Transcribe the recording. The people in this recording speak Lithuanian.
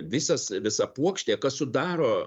visas visa puokštė kas sudaro